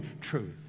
truth